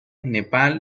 nepal